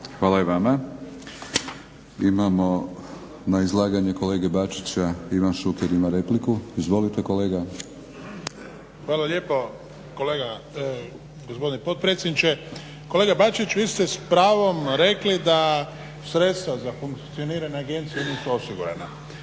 Milorad (HNS)** Imamo na izlaganje kolege Bačića Ivan Šuker ima repliku. Izvolite kolega. **Šuker, Ivan (HDZ)** Hvala lijepo kolega, gospodine potpredsjedniče. Kolega Bačić vi ste s pravom rekli da sredstva za funkcioniranje agencije nisu osigurana